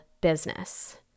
business